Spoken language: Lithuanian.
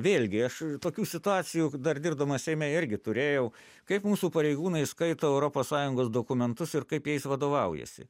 vėlgi aš tokių situacijų dar dirbdamas seime irgi turėjau kaip mūsų pareigūnai skaito europos sąjungos dokumentus ir kaip jais vadovaujasi